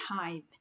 time